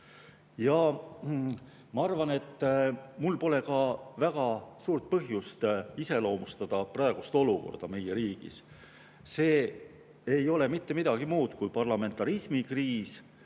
Ma arvan, et mul pole ka väga suurt põhjust iseloomustada praegust olukorda meie riigis. See ei ole mitte midagi muud kui parlamentarismi kriis,